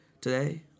today